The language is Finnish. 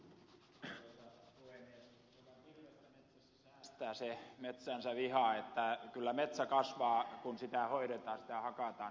joka kirvestä metsässä säästää se metsäänsä vihaa että kyllä metsä kasvaa kun sitä hoidetaan sitä hakataan